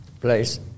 place